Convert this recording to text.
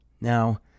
Now